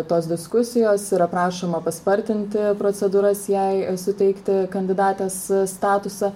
tos diskusijos yra prašoma paspartinti procedūras jai suteikti kandidatės statusą